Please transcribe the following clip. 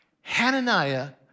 Hananiah